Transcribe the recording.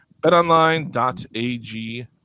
BetOnline.ag